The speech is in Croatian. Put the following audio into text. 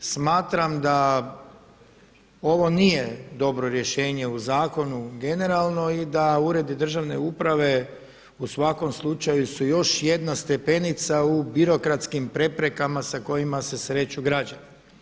Smatram da ovo nije dobro rješenje u zakonu generalno i da uredi državne uprave u svakom slučaju su još jedna stepenica u birokratskim preprekama sa kojima se sreću građani.